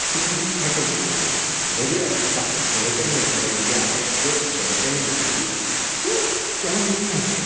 سُہ کٔرِن سایکَل چَلٲوِن واریاہ ڈاکٹر چھِ رِکوٚمیٚنڈ کران یا ایٚکٕسپٲرٹس چھ رکوٚمینٛڈ کران سُہ چَلٲوِن سایکل